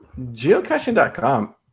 geocaching.com